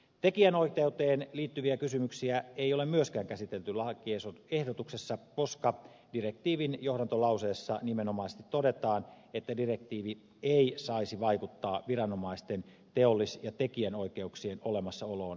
tekijänoikeuteen liittyviä kysymyksiä ei ole myöskään käsitelty lakiehdotuksessa koska direktiivin johdantolauseessa nimenomaisesti todetaan että direktiivi ei saisi vaikuttaa viranomaisten teollis ja tekijänoikeuksien olemassaoloon eikä omistukseen